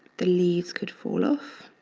the leaves could fall off.